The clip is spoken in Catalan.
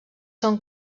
són